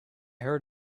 heard